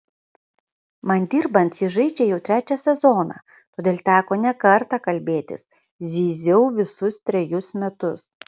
man dirbant jis žaidžia jau trečią sezoną todėl teko ne kartą kalbėtis zyziau visus trejus metus